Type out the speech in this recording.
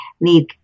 need